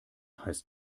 heißt